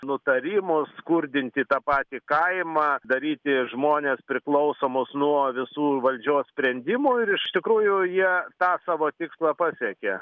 nutarimus skurdinti tą patį kaimą daryti žmones priklausomus nuo visų valdžios sprendimų ir iš tikrųjų jie tą savo tikslą pasiekė